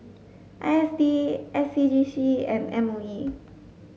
I S D S C G C and M O E